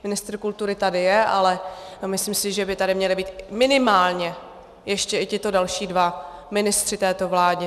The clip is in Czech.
Ministr kultury tady je, ale myslím si, že by tady měli být minimálně ještě i tito další dva ministři této vlády.